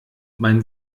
mein